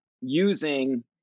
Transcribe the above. using